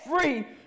free